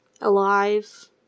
alive